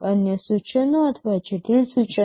સરળ સૂચનો અથવા જટિલ સૂચનો